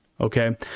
Okay